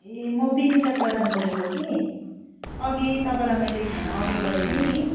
ए म बिनिता प्रधान बोलेको कि अघि तपाईँलाई मैले खाना अर्डर गरेको थिएँ नि